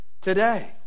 today